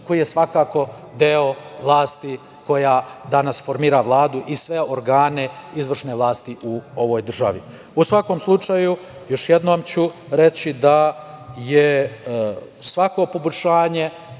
koji je svakako deo vlasti koja danas formira Vladu i sve organe izvršne vlasati u ovoj državi.U svakom slučaju ću reći da je svako poboljšanje